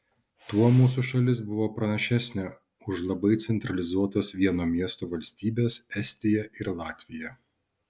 tuo mūsų šalis buvo pranašesnė už labai centralizuotas vieno miesto valstybes estiją ir latviją